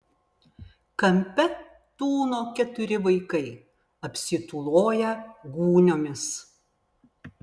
kampe tūno keturi vaikai apsitūloję gūniomis